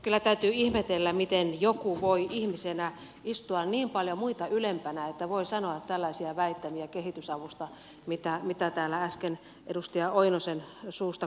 kyllä täytyy ihmetellä miten joku voi ihmisenä istua niin paljon muita ylempänä että voi sanoa tällaisia väittämiä kehitysavusta kuin mitä täällä äsken edustaja oinosen suusta kuulimme